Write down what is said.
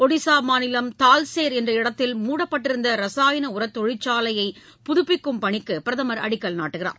ஒடிசா மாநிலம் தால்சேர் என்ற இடத்தில் மூடப்பட்டிருந்த ரசாயன உரத் தொழிற்சாலையை புதுப்பிக்கும் பணிக்கு அவர் அடிக்கல் நாட்டுகிறார்